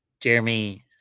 jeremy